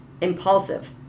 impulsive